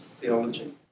theology